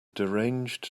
deranged